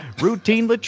Routine